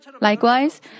Likewise